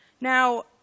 Now